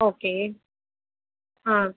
okay ஆ